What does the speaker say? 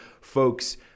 folks